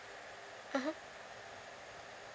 mmhmm